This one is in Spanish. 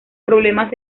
problemas